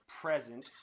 present